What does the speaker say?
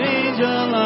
angel